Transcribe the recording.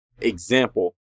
example